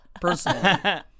personally